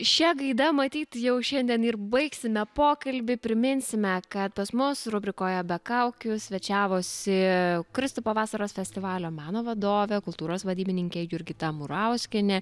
šia gaida matyt jau šiandien ir baigsime pokalbį priminsime kad pas mus rubrikoje be kaukių svečiavosi kristupo vasaros festivalio meno vadovė kultūros vadybininkė jurgita murauskienė